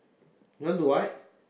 you want do what